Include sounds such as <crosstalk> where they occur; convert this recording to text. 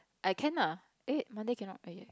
I can lah eh Monday cannot <noise>